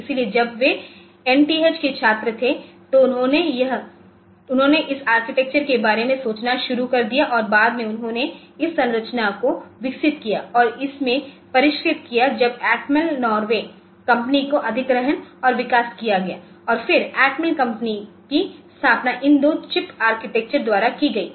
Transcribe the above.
इसलिए जब वे एनटीएच के छात्र थे तो उन्होंने इस आर्किटेक्चर के बारे में सोचना शुरू कर दिया और बाद में उन्होंने इस संरचना को विकसित किया और इसमें परिष्कृत किया जबअटमेल Atmel0 नॉर्वे कंपनी का अधिग्रहण और विकास किया गया और फिर अटमेल कंपनी की स्थापना इन दो चिप आर्किटेक्ट द्वारा की गई थी